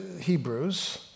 Hebrews